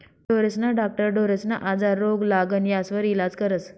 ढोरेस्ना डाक्टर ढोरेस्ना आजार, रोग, लागण यास्वर इलाज करस